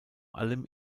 allem